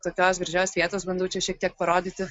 kokios gražios vietos bandau čia šiek tiek parodyti